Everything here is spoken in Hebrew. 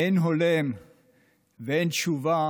אין הולם ואין תשובה